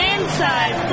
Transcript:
Inside